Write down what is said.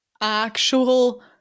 actual